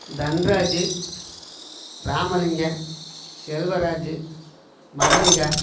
Dhanraj Ramalingam Selvaraj Mallika